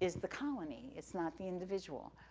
is the colony, it's not the individual.